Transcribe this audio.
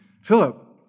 Philip